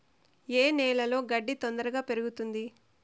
ఏ నేలలో గడ్డి తొందరగా పెరుగుతుంది